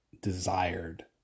desired